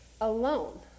alone